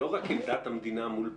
לא רק עמדת המדינה מול בג"ץ,